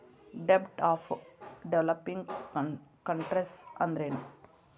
ಡೆಬ್ಟ್ of developing countries ಅಂದ್ರೇನು?